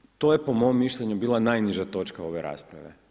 Dakle, to je po mom mišljenju, bila najniža točka ove rasprave.